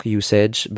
usage